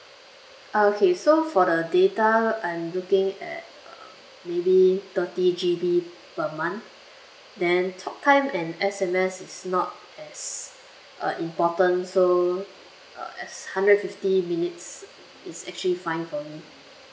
uh okay so for the data I'm looking at uh maybe thirty G_B per month then talk time and S_M_S is not as uh important so uh as hundred and fifty minutes is actually fine for me